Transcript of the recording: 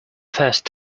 first